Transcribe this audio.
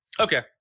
Okay